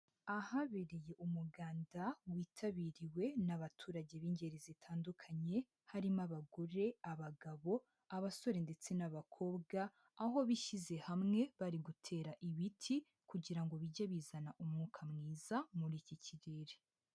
Ahabereye umuganda witabiriwe n'abaturage b'ingeri zitandukanye, harimo abagore, abagabo, abasore ndetse n'abakobwa, aho bishyize hamwe bari gutera ibiti kugira ngo bijye bizana umwuka mwiza muri iki kirere.